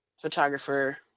photographer